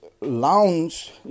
lounge